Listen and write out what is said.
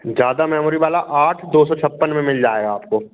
ज़्यादा मेमोरी वाला आठ दो सौ छप्पन में मिल जाएगा आपको